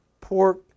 pork